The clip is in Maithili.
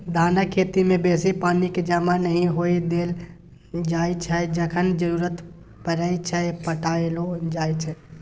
धानक खेती मे बेसी पानि केँ जमा नहि होइ लेल देल जाइ छै जखन जरुरत परय छै पटाएलो जाइ छै